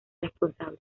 responsable